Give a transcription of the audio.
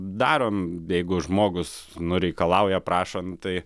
darom jeigu žmogus nu reikalauja prašo nu tai